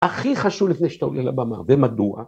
‫הכי חשוב לפני שאתה עולה לבמה, ‫ומדוע?